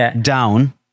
down